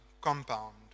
Compound